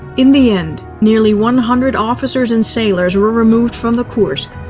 in the end, nearly one hundred officers and sailors were removed from the kursk,